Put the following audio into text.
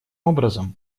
образом